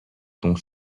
dont